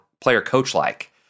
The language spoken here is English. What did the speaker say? player-coach-like